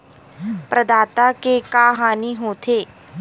प्रदाता के का हानि हो थे?